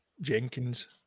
Jenkins